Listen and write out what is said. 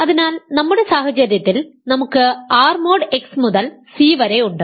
അതിനാൽ നമ്മുടെ സാഹചര്യത്തിൽ നമുക്ക് R മോഡ് x മുതൽ C വരെ ഉണ്ട്